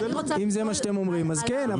אם זה מה שאתם אומרים אז כן.